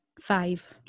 Five